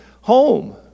home